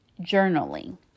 journaling